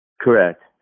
Correct